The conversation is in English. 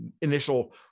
initial